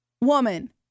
woman